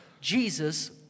Jesus